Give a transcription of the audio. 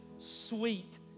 sweet